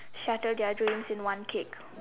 shatter their dreams in one kick